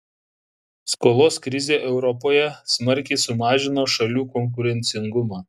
skolos krizė europoje smarkiai sumažino šalių konkurencingumą